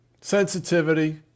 sensitivity